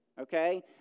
okay